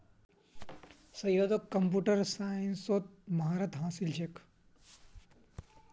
सैयदक कंप्यूटर साइंसत महारत हासिल छेक